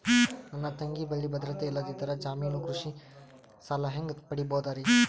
ನನ್ನ ತಂಗಿ ಬಲ್ಲಿ ಭದ್ರತೆ ಇಲ್ಲದಿದ್ದರ, ಜಾಮೀನು ಕೃಷಿ ಸಾಲ ಹೆಂಗ ಪಡಿಬೋದರಿ?